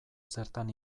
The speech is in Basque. zertan